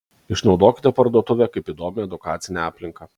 išnaudokite parduotuvę kaip įdomią edukacinę aplinką